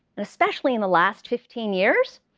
and especially in the last fifteen years,